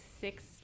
six